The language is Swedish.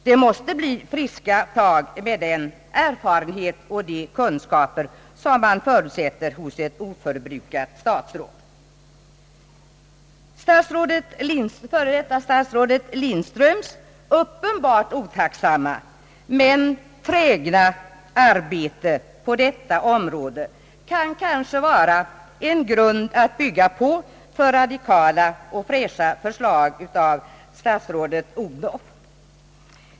Det måste bli friska tag med den erfarenhet och de kunskaper som man förutsätter hos ett oförbrukat statsråd. Före detta statsrådet Lindströms uppenbart otacksamma men trägna arbete på detta område kan kanske vara en grund att bygga på för radikala och fräscha förslag från statsrådet Odhnoff.